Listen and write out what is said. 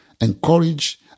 encourage